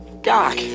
Doc